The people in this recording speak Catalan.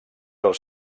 els